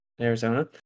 arizona